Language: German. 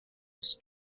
aus